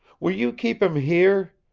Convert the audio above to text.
will you keep him here?